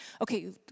Okay